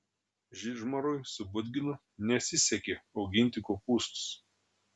žižmarui su budginu nesisekė auginti kopūstus